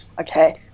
Okay